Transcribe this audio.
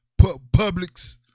Publix